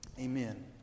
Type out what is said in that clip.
Amen